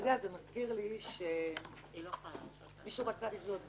זה מזכיר לי שמישהו רצה לקנות בית,